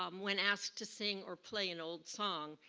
um when asked to sing or play an old song,